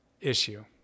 issue